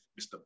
Mr